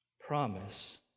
promise